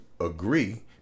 agree